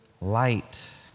light